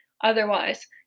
otherwise